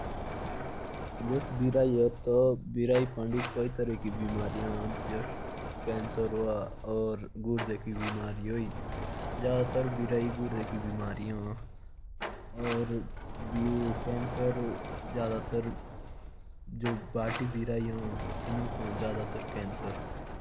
जैसे बिल्ली होती है तो उनपे कैंसर की बिमारी भी हो सकती है। ज्यादातर जो बुढ़ी बिल्लियाँ होती हैं उनपे। और भी कई सारी बिमारियाँ हो सकती हैं।